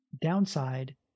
downside